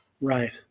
Right